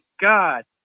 God